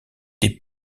des